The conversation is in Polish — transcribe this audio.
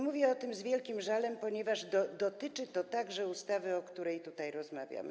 Mówię o tym z wielkim żalem, ponieważ dotyczy to także ustawy, o której tutaj rozmawiamy.